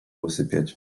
usypiać